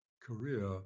career